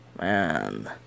Man